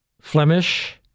Flemish